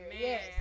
Yes